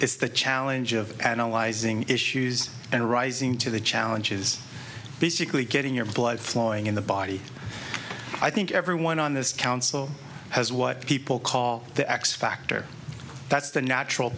the challenge of analyzing issues and rising to the challenge is basically getting your blood flowing in the body i think everyone on this council has what people call the x factor that's the natural